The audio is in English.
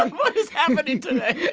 um what is happening today?